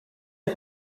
est